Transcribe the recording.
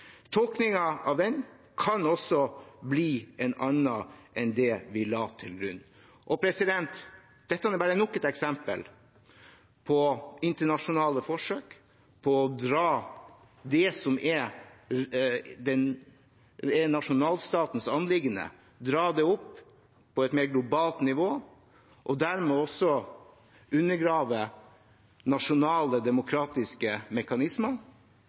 Tolkningen av den kan også bli en annen enn det vi la til grunn. Dette er bare nok et eksempel på internasjonale forsøk på å dra nasjonalstatens anliggender opp på et mer globalt nivå, og dermed undergrave nasjonale, demokratiske mekanismer,